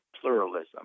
pluralism